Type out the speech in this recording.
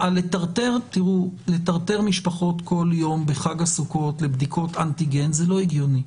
טרטור משפחות כל יום בחג הסוכות לבדיקות אנטיגן זה לא הגיוני.